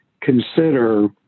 consider